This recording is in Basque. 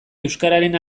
euskararen